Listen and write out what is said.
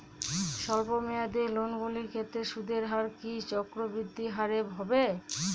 স্বল্প মেয়াদী লোনগুলির ক্ষেত্রে সুদের হার কি চক্রবৃদ্ধি হারে হবে?